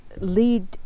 lead